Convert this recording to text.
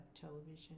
television